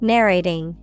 Narrating